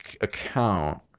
account